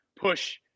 push